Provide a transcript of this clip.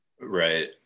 right